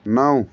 نو